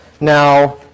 now